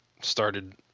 started